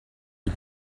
est